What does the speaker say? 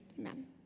Amen